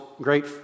great